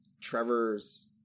trevor's